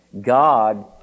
God